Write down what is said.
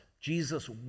Jesus